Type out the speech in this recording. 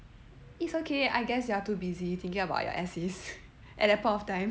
it's okay I guess you are too busy thinking about your essay at that point of time